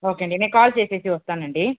okay అండి నేను call చేసి వస్తానండి